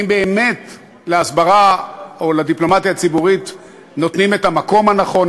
אם באמת להסברה או לדיפלומטיה הציבורית נותנים את המקום הנכון,